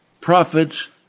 profits